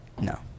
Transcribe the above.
No